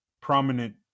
prominent